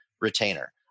retainer